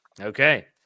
Okay